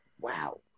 Wow